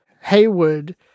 Haywood